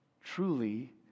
truly